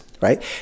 right